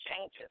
changes